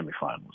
semifinals